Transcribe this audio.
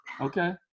okay